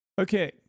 Okay